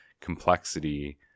complexity